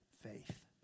faith